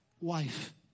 wife